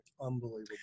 Unbelievable